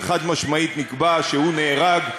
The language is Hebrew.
וחד-משמעית נקבע שהוא נהרג,